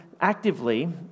actively